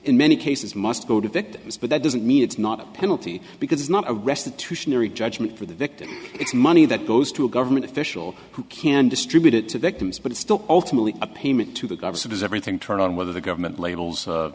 in many cases must go to victims but that doesn't mean it's not a penalty because it's not a restitution judgment for the victim it's money that goes to a government official who can distribute it to victims but it's still ultimately a payment to the government is everything turned on whether the government labels